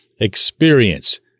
experience